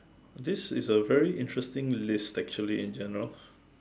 this is a very interesting list actually in general